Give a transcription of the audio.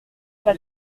pas